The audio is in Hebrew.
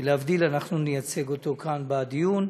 ולהבדיל, אנחנו נייצג אותו כאן, בדיון.